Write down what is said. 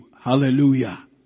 Hallelujah